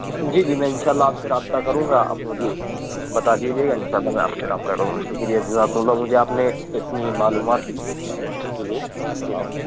جی جی میں ان شاء اللہ آپ سے رابطہ کروں گا آپ مجھے بتا دیجیے یا میں آپ سے رابطہ رہوں گا شکریہ جزاکم اللہ مجھے آپ نے اتنی معلومات دی اس کے لیے اللہ